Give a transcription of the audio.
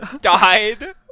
died